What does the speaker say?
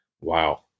wow